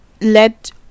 Let